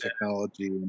technology